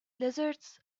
lizards